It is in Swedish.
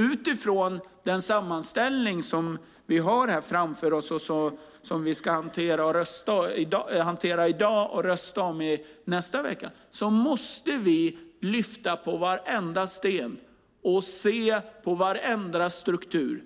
Utifrån den sammanställning som vi här har framför oss och som vi i dag ska hantera och som vi nästa vecka ska rösta om måste vi lyfta på varenda sten och se på varenda struktur.